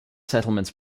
settlements